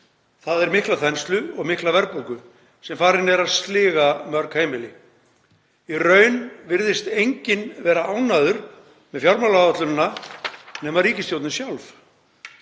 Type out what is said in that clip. þ.e. mikla þenslu og mikla verðbólgu sem farin er að sliga mörg heimili. Í raun virðist enginn vera ánægður með fjármálaáætlunina nema ríkisstjórnin sjálf.